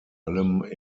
allem